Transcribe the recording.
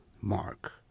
mark